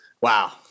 Wow